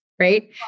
right